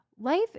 life